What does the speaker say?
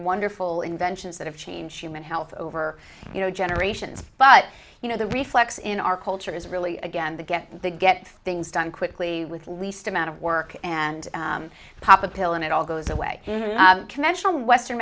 wonderful inventions that have change human health over you know generations but you know the reflex in our culture is really again to get the get things done quickly with least amount of work and pop a pill and it all goes away conventional western